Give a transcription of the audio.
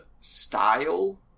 style